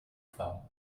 femmes